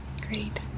Great